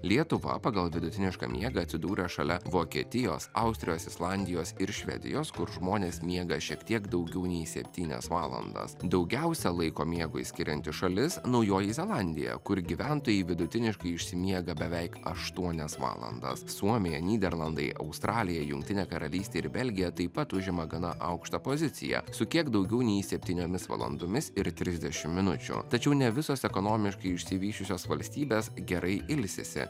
lietuva pagal vidutinišką miegą atsidūrė šalia vokietijos austrijos islandijos ir švedijos kur žmonės miega šiek tiek daugiau nei septynias valandas daugiausiai laiko miegui skirianti šalis naujoji zelandija kur gyventojai vidutiniškai išsimiega beveik aštuonias valandas suomija nyderlandai australija jungtinė karalystė ir belgija taip pat užima gana aukštą poziciją su kiek daugiau nei septyniomis valandomis ir trisdešim minučių tačiau ne visos ekonomiškai išsivysčiusios valstybės gerai ilsisi